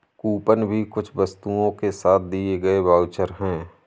coupon भी कुछ वस्तुओं के साथ दिए गए वाउचर है